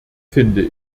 finde